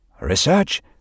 Research